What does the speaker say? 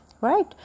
right